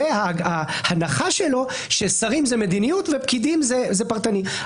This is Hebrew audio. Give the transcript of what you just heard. וההנחה שלו ששרים זה מדיניות ופקידים זה פרטני.